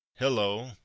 Hello